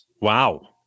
Wow